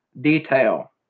detail